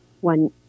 one